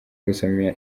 gusoma